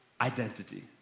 identity